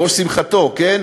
בראש שמחתו, כן?